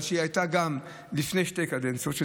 אבל כשהיא הייתה גם לפני שתי קדנציות,